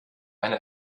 einer